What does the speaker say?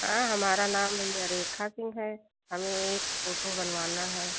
हाँ हमारा नाम भैया रेखा सिंह है हमें एक फोटो बनवाना है